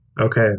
Okay